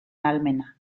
ahalmena